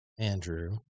Andrew